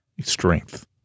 strength